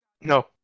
No